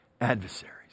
adversaries